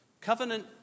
Covenant